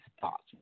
thoughts